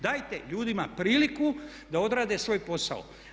Dajte ljudima priliku da odrade svoj posao.